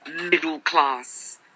middle-class